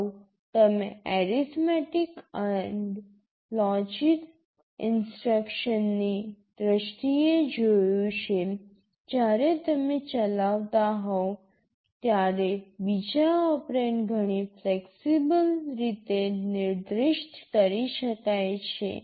અગાઉ તમે arithmetic and logic ઇન્સ્ટ્રકશન્સની દ્રષ્ટિએ જોયું છે જ્યારે તમે ચલાવતા હો ત્યારે બીજા ઓપરેન્ડ ઘણી ફ્લેક્સિબલ રીતે નિર્દિષ્ટ કરી શકાય છે